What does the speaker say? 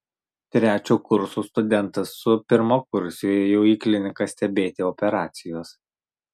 trečio kurso studentas su pirmakursiu ėjo į kliniką stebėti operacijos